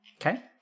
Okay